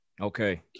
Okay